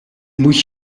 moet